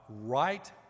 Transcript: right